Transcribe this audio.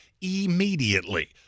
immediately